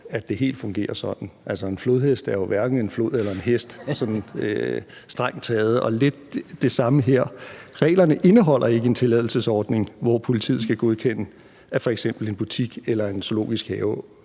en hest er jo strengt taget hverken en flod eller en hest, og det er lidt på samme måde her. Reglerne indeholder ikke en tilladelsesordning, hvor politiet skal godkende, at f.eks. en butik eller en zoologisk have